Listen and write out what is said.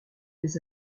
des